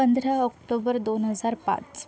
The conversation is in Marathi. पंधरा ऑक्टोबर दोन हजार पाच